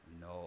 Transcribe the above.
no